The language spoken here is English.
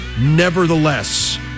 nevertheless